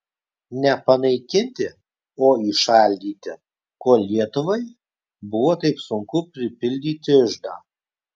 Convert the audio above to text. ne panaikinti o įšaldyti kol lietuvai buvo taip sunku pripildyti iždą